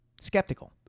skeptical